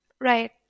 Right